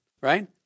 right